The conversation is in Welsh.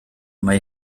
mae